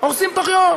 הורסים תוך יום,